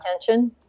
attention